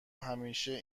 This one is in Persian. همیشه